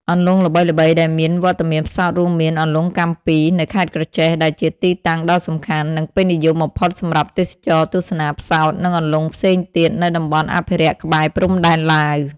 អន្លង់ល្បីៗដែលមានវត្តមានផ្សោតរួមមាន អន្លង់កាំពី នៅខេត្តក្រចេះ ដែលជាទីតាំងដ៏សំខាន់ និងពេញនិយមបំផុតសម្រាប់ទេសចរណ៍ទស្សនាផ្សោត និងអន្លង់ផ្សេងទៀតនៅតំបន់អភិរក្សក្បែរព្រំដែនឡាវ។